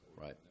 Right